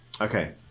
Okay